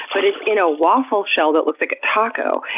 but it's in a waffle shell that looks like a taco,